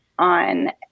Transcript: on